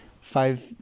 five